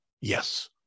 Yes